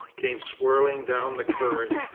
came swirling down the current,